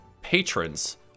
patrons